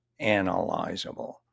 analyzable